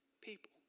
People